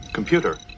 computer